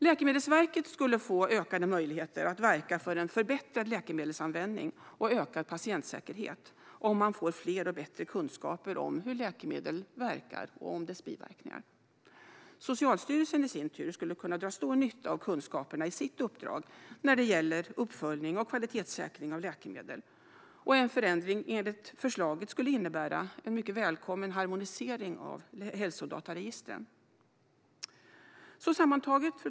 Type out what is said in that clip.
Läkemedelsverket skulle få ökade möjligheter att verka för en förbättrad läkemedelsanvändning och ökad patientsäkerhet om man får fler och bättre kunskaper om hur läkemedel verkar och om deras biverkningar. Socialstyrelsen i sin tur skulle kunna dra stor nytta av kunskaperna i sitt uppdrag när det gäller uppföljning och kvalitetssäkring av läkemedel, och en förändring enligt förslaget skulle innebära en mycket välkommen harmonisering av hälsodataregistren. Fru talman!